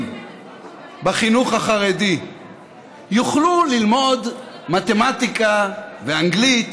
בחינוך החרדי יוכלו ללמוד מתמטיקה ואנגלית